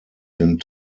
sind